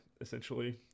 essentially